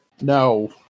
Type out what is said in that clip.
No